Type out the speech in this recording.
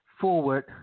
forward